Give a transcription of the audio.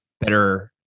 better